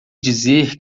dizer